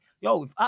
Yo